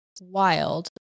wild